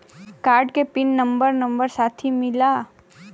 Card के pin number number साथही मिला?